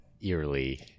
eerily